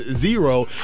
zero